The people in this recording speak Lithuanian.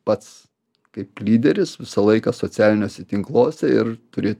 pats kaip lyderis visą laiką socialiniuose tinkluose ir turi